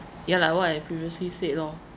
ya like what I previously said lor